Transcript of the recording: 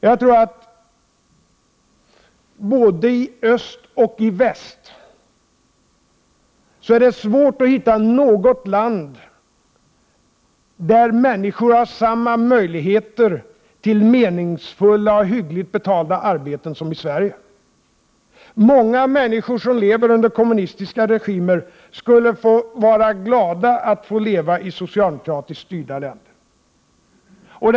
Det är svårt att i vare sig öst eller väst hitta något land där människor har samma möjligheter till meningsfulla och hyggligt betalda arbeten som i Sverige. Många människor som lever under kommunistiska regimer skulle vara glada för att få leva i socialdemokratiskt styrda länder.